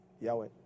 Yahweh